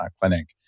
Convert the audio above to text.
clinic